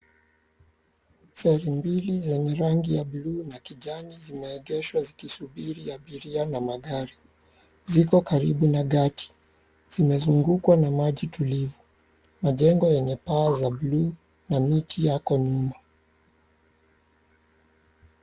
Ferry mbili zenye rangi ya buluu na kijani zimeegeshwa zikisubiri abiria na magari. Ziko karibu na gati. Zimezungukwa na maji tulivu. Majengo yenye paa za buluu na miti yako nyuma.